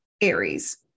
Aries